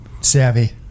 Savvy